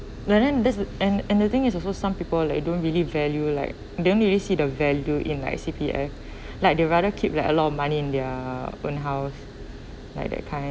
but then there's and and the thing is also some people like don't really value like don't really see the value in like C_P_F like they rather keep like a lot of money in their own house like that kind